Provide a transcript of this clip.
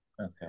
Okay